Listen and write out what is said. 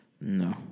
No